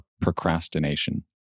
procrastination